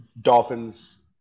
Dolphins